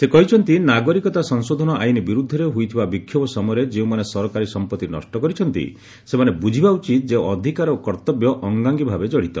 ସେ କହିଛନ୍ତି ନାଗରିକତା ସଂଶୋଧନ ଆଇନ୍ ବିରୁଦ୍ଧରେ ହୋଇଥିବା ବିକ୍ଷୋଭ ସମୟରେ ଯେଉଁମାନେ ସରକାରୀ ସମ୍ପତ୍ତି ନଷ୍ଟ କରିଛନ୍ତି ସେମାନେ ବୁଝିବା ଉଚିତ୍ ଯେ ଅଧିକାର ଓ କର୍ତ୍ତବ୍ୟ ଅଙ୍ଗାଙ୍ଗୀଭାବେ ଜଡ଼ିତ